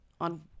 On